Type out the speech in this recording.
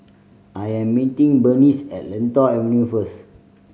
I am meeting Bernice at Lentor Avenue first